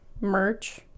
merch